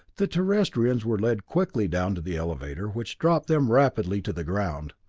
the terrestrians were led quickly down to the elevator, which dropped them rapidly to the ground.